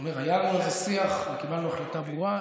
אני אומר, היה על זה שיח וקיבלנו החלטה ברורה.